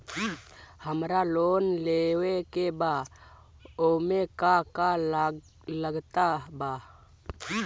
हमरा लोन लेवे के बा ओमे का का लागत बा?